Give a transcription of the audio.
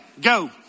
go